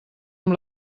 amb